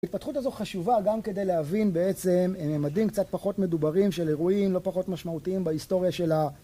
התפתחות הזו חשובה גם כדי להבין בעצם ממדים קצת פחות מדוברים של אירועים לא פחות משמעותיים בהיסטוריה של ה...